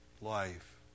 life